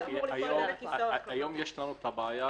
היום יש לנו בעיה